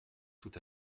tout